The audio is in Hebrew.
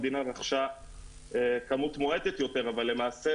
המדינה רכשה כמות מועטה יותר אבל למעשה,